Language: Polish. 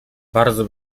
bardzo